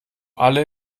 alle